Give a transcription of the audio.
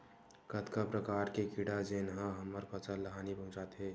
कतका प्रकार के कीड़ा जेन ह हमर फसल ल हानि पहुंचाथे?